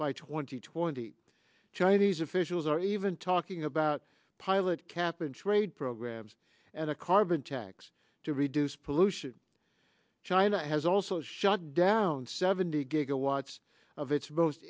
by twenty twenty chinese officials are even talking about pilot cap and trade programs and a carbon tax to reduce pollution china has also shut down seventy gigawatts of its most